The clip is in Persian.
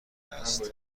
هست